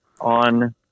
on